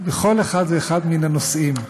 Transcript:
בכל אחד ואחד מהנושאים.